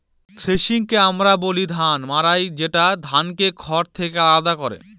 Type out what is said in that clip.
থ্রেশিংকে আমরা বলি ধান মাড়াই যেটা ধানকে খড় থেকে আলাদা করে